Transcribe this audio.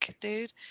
dude